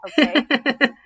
okay